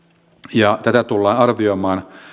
ja tätä tullaan arvioimaan